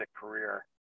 career